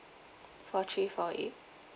four three four eight